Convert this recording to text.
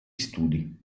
studi